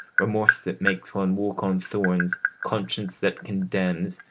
remorse that makes one walk on thorns, conscience that condemns,